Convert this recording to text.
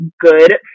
good